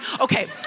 Okay